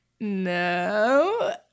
no